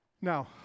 Now